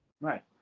Right